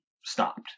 stopped